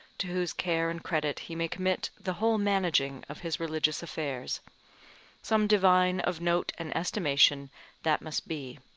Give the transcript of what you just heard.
to whose care and credit he may commit the whole managing of his religious affairs some divine of note and estimation that must be.